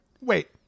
Wait